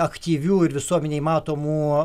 aktyvių ir visuomenei matomų